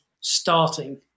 starting